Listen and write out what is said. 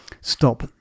stop